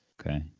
okay